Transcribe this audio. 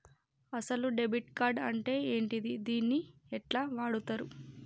అసలు debit card అంటే ఏంటిది? దీన్ని ఎట్ల వాడుతరు?